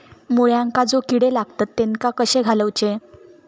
मुळ्यांका जो किडे लागतात तेनका कशे घालवचे?